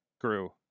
grew